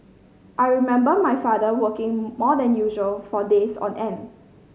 I remember my father working more than usual for days on end